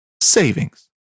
savings